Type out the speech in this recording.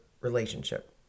relationship